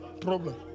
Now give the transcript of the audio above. problem